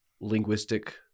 linguistic